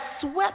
swept